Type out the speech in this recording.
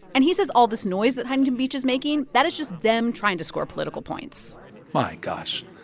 and he says all this noise that huntington beach is making that is just them trying to score political points my gosh.